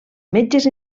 metges